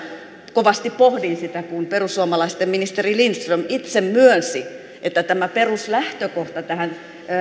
kovasti pohdin sitä kun perussuomalaisten ministeri lindström itse myönsi että tämä peruslähtökohta tähän